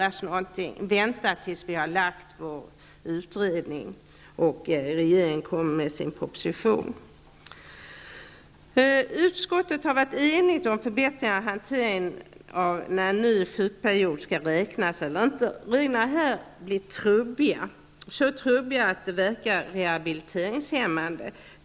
Det är alltså nödvändigt att vänta tills vi har presenterat vår utredning och tills regeringen har kommit med sin proposition. Utskottet har varit enigt i fråga om en förbättrad hantering av frågan om hur en ny sjukperiod skall räknas. Reglerna i detta sammanhang är så att säga trubbiga -- ja, kanske så trubbiga att de verkar rehabiliteringshämmande.